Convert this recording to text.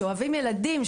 שאוהבים ילדים,